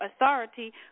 authority